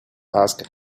ask